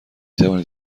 توانید